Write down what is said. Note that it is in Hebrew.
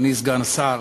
אדוני סגן השר,